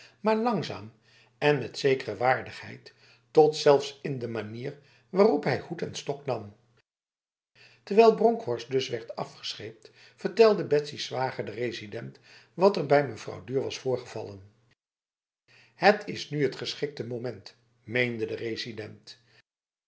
maar langzaam en met zekere waardigheid tot zelfs in de manier waarop hij hoed en stok nam terwijl bronkhorst dus werd afgescheept vertelde betsy's zwager de resident wat er bij mevrouw duhr was voorgevallen het is nu t geschikte moment meende de resident